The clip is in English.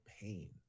pain